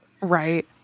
Right